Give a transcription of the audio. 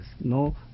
No